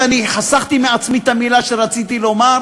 ואני חסכתי מעצמי את המילה שרציתי לומר,